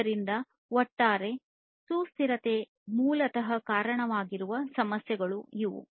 ಆದ್ದರಿಂದ ಒಟ್ಟಾರೆ ಸುಸ್ಥಿರತೆಗೆ ಮೂಲತಃ ಕಾರಣವಾಗುವ ಸಮಸ್ಯೆಗಳು ಇವು